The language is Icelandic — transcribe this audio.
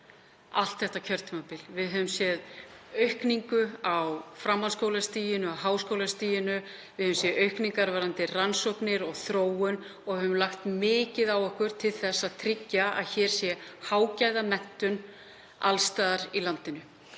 allt þetta kjörtímabil. Við höfum séð aukningu á framhaldsskólastiginu og háskólastiginu. Við höfum séð aukningu varðandi rannsóknir og þróun og höfum lagt mikið á okkur til að tryggja að hér sé hágæðamenntun alls staðar í landinu.